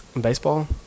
Baseball